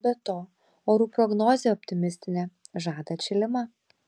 be to orų prognozė optimistinė žada atšilimą